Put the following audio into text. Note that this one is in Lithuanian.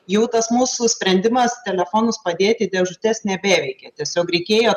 jau tas mūsų sprendimas telefonus padėt į dėžutes nebeveikė tiesiog reikėjo